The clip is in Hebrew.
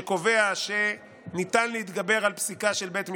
שקובע שניתן להתגבר על פסיקה שכזאת של בית משפט,